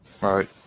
right